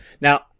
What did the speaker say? Now